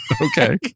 Okay